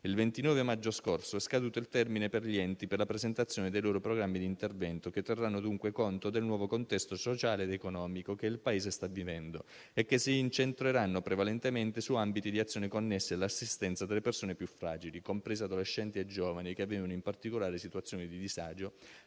Il 29 maggio scorso è scaduto il termine per gli enti per la presentazione dei loro programmi di intervento che terranno dunque conto del nuovo contesto sociale ed economico che il Paese sta vivendo e si incentreranno prevalentemente su ambiti di azione connessi all'assistenza delle persone più fragili - compresi adolescenti e giovani che vivono in particolari situazioni di disagio